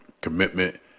commitment